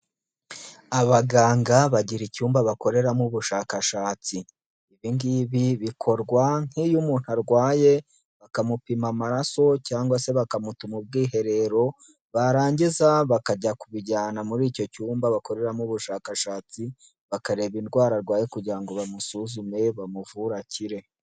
Abaganga bagira icyumba bakoreramo ubushakashatsi.I bingibi bikorwa nk'iyo umuntu arwaye bakamupima amaraso cyangwa se bakamutuma ubwiherero barangiza bakajya kubijyana muri icyo cyumba bakoreramo ubushakashatsi, bakareba indwara arwaye kugira ngo bamusuzume bamuvurakire.